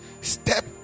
step